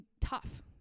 tough